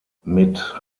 mit